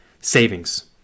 savings